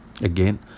again